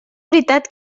veritat